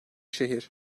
şehir